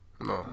No